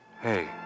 Hey